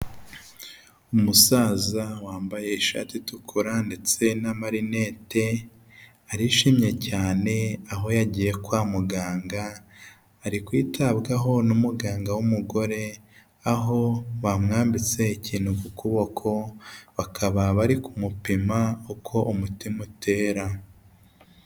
Umusaza wambaye ishati itukura ndetse n'amarinete arishimye cyane aho yagiye kwa muganga ari kwitabwaho n'umuganga w'umugore, aho bamwambitse ikintu ku kuboko bakaba bari kumupima uko umutima utera.